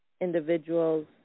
individuals